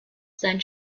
sein